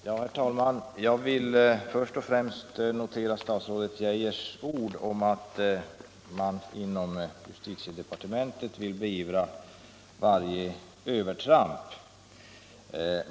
Herr talman! Jag vill först och främst notera statsrådet Geijers ord om att man inom justitiedepartementet skall beivra varje övertramp.